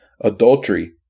adultery